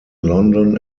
london